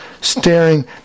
staring